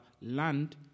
land